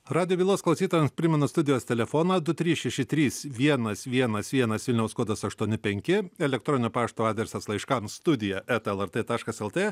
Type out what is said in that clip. radijo bylos klausytojams primenu studijos telefoną du trys šeši trys vienas vienas vienas vilniaus kodas aštuoni penki elektroninio pašto adresas laiškams studija eta lrt taškas lt